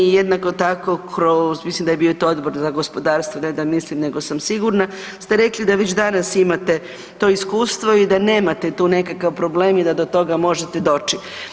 Jednako tako kroz mislim da je to bio Odbor za gospodarstvo, ne da mislim nego sam sigurna, ste rekli da već danas imate to iskustvo i da nemate tu nekakav problem i da do toga možete doći.